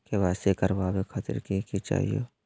KYC करवावे खातीर कि कि चाहियो?